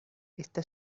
está